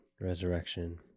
Resurrection